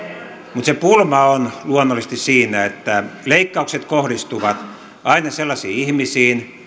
mutta se pulma on luonnollisesti siinä että leikkaukset kohdistuvat aina sellaisiin ihmisiin